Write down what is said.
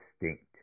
distinct